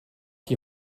die